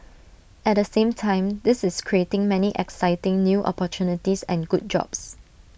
at the same time this is creating many exciting new opportunities and good jobs